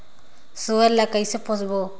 सुअर ला कइसे पोसबो?